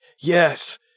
yes